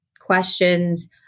questions